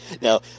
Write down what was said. Now